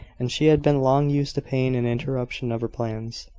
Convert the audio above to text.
and she had been long used to pain and interruption of her plans.